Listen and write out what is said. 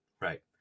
Right